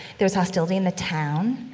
there was hostility in the town.